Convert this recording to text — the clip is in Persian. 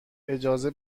اجازه